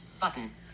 button